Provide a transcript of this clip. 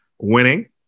Winning